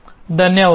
ధన్యవాదాలు